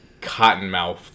Cottonmouth